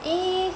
eh